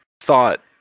thought